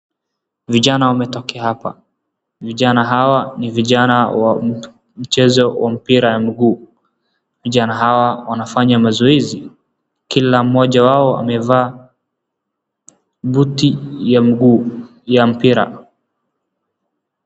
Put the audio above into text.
Vijana wametoke hapa. Vijana hawa ni vijana wa mchezo wa mpira wa mguu. Vijana hawa wanafanya mazoezi. Kila mmoja wao amevaa buti ya mguu ya mpira.